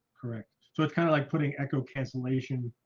correct. so it's kind of like putting echo cancellation